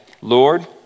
Lord